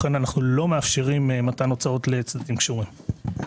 לכן, אנחנו לא מאפשרים מתן הוצאות לצדדים קשורים.